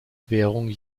währung